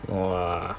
!wah!